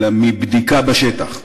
אלא מבדיקה בשטח,